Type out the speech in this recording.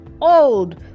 old